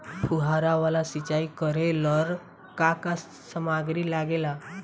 फ़ुहारा वाला सिचाई करे लर का का समाग्री लागे ला?